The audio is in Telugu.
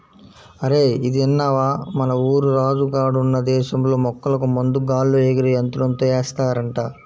అరేయ్ ఇదిన్నవా, మన ఊరు రాజు గాడున్న దేశంలో మొక్కలకు మందు గాల్లో ఎగిరే యంత్రంతో ఏస్తారంట